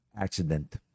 Accident